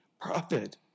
prophet